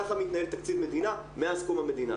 ככה מתנהל תקציב מדינה מאז קום המדינה.